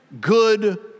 good